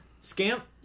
Scamp